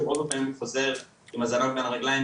רוב הפעמים חוזר עם הזנב בין הרגליים,